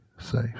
safe